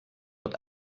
wird